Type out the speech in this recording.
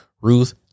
Ruth